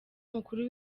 mukuru